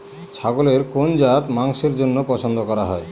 ছাগলের কোন জাত মাংসের জন্য পছন্দ করা হয়?